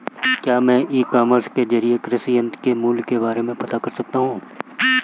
क्या मैं e commerce के ज़रिए कृषि यंत्र के मूल्य के बारे में पता कर सकता हूँ?